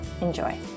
Enjoy